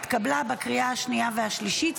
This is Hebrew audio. התקבלה בקריאה השנייה והשלישית,